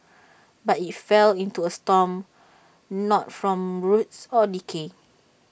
but IT fell into A storm not from rots or decay